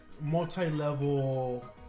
multi-level